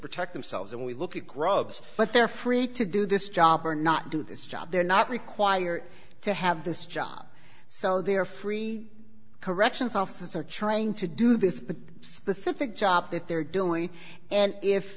protect themselves and we look at grubs but they're free to do this job or not do this job they're not required to have this job so they are free corrections officers are trying to do this specific job that they're doing and if